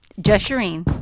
just shereen.